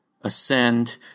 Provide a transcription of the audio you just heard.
ascend